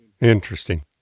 interesting